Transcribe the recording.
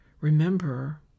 remember